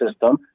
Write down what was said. system –